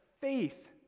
faith